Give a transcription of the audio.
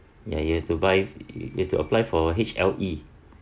ya you have to buy you have to apply for H_L_E